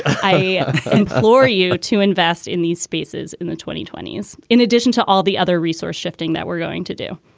i implore you to invest in these spaces in the twenty twenty s. in addition to all the other resource shifting that we're going to do,